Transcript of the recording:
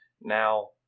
now